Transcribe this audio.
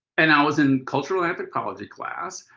and i was in cultural anthropology class.